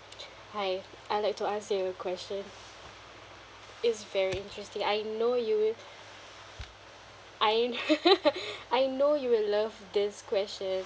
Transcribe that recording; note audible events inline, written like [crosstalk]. [noise] hi I like to ask you a question it's very interesting I know you will I [laughs] I know you will love this question